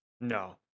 no